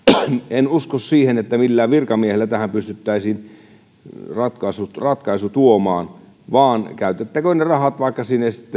en usko siihen että millään virkamiehellä tähän pystyttäisiin ratkaisu tuomaan vaan käytettäkööt ne rahat